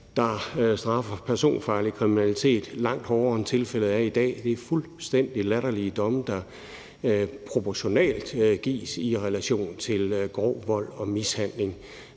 at straffe personfarlig kriminalitet langt hårdere, end tilfældet er i dag. Det er proportionalt fuldstændig latterlige domme, der gives i relation til grov vold og mishandling,